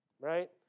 right